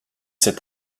cette